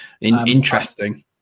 Interesting